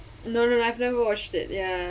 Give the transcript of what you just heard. no no no I've never watched it ya~